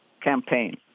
campaign